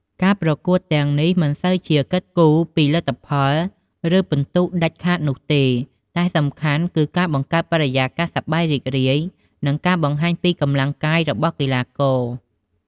ការប្រកួតទាំងនេះមិនសូវជាគិតគូរពីលទ្ធផល ឬពិន្ទុដាច់ខាតនោះទេ តែសំខាន់គឺការបង្កើតបរិយាកាសសប្បាយរីករាយ និងការបង្ហាញពីកម្លាំងកាយរបស់កីឡាករ។